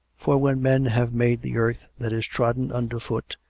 for where men have made the earth that is trodden underfoot,